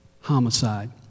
Homicide